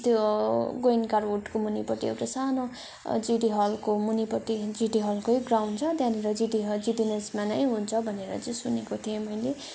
त्यो गोइन्का रोडको मुनिपट्टि एउटा सानो जिडी हलको मुनिपट्टि जिडी हलकै ग्राउन्ड छ त्यहाँनिर जिडी जिडिएनएसमा नै हुन्छ भनेर चाहिँ सुनेको थिएँ मैले